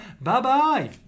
bye-bye